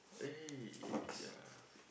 eh yeah